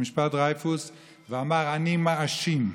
אני מאשים,